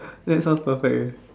that sounds perfect eh